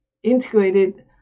integrated